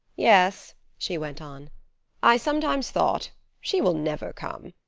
yes, she went on i sometimes thought she will never come.